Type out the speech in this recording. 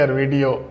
video